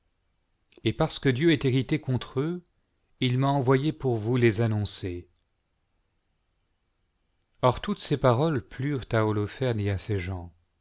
et parce que dieu est irrité contre eux il m'a envoyée pour vous les annoncer or toutes ces paroles plurent à holoferne et à ses gens